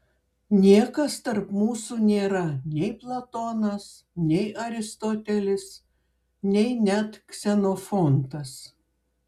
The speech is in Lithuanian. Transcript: niekas tarp mūsų nėra nei platonas nei aristotelis nei net ksenofontas